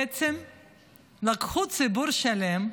למעשה לקחו ציבור שלם,